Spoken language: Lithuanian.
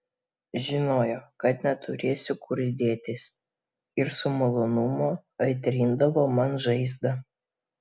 žinojo kad neturėsiu kur dėtis ir su malonumu aitrindavo man žaizdą